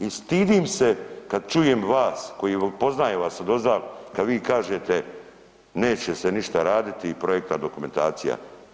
I stidim se kad čujem vas koje poznajem vas odozdal kad vi kažete neće se ništa raditi i projektna dokumentacija.